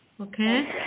Okay